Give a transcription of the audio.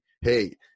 hey